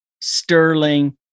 Sterling